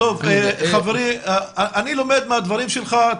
אני למד מהדברים שלך,